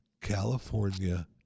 California